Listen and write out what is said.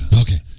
Okay